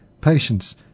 patience